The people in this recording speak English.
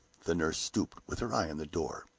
the nurse stooped, with her eye on the door.